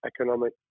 economic